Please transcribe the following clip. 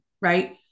right